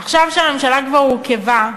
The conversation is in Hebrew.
עכשיו, כשהממשלה כבר הורכבה,